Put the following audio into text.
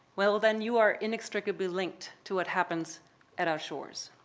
well then you are inextricably linked to what happens at our shores.